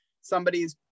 somebody's